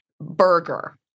burger